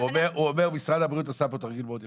הוא אומר משרד הבריאות עשה פה תרגיל מאוד יפה.